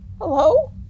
Hello